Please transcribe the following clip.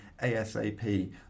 ASAP